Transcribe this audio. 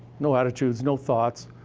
no attitudes, no thoughts,